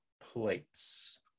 plates